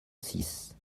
six